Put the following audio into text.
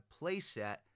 playset